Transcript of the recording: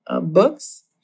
books